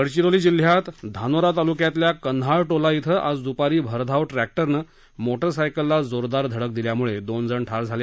गडचिरोली जिल्ह्यात धानोरा तालुक्यातल्या कन्हाळटोला इथाआज दुपारी भरधाव ट्रॅक्टरनमीटरसायकलला जोरदार धडक दिल्यानद्विन जण ठार झाले